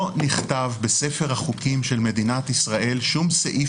לא נכתב בספר החוקים של מדינת ישראל שום סעיף